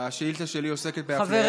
השאילתה שלי עוסקת באפליית